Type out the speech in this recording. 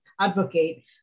advocate